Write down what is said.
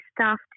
staff